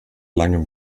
langem